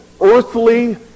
earthly